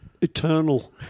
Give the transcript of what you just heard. eternal